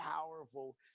powerful